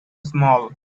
small